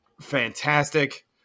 fantastic